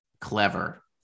clever